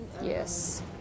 Yes